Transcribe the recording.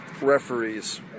referees